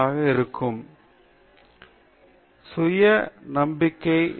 நாம் அதை மிகவும் எளிமையாக செய்ய வேண்டும் அத்தகைய அளவிற்கு அது யாரையும் எளிதாக்க முடியாது